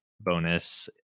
bonus